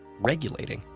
regulating,